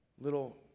little